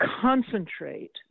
Concentrate